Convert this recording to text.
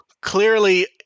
clearly